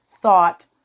thought